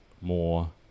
more